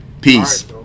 Peace